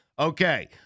Okay